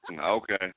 Okay